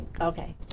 Okay